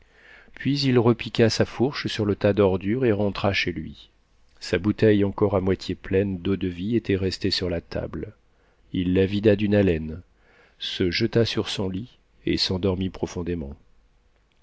puis il repiqua sa fourche sur le tas d'ordure et rentra chez lui sa bouteille encore à moitié pleine d'eau-de-vie était restée sur une table il la vida d'une haleine se jeta sur son lit et s'endormit profondément